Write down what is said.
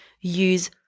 use